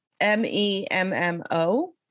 M-E-M-M-O